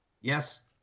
yes